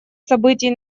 событий